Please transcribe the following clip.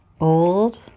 Old